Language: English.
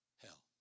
hell